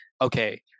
okay